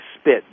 spit